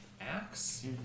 axe